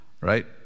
Right